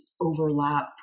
overlap